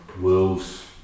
Wolves